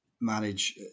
manage